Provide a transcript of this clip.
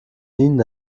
minen